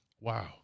wow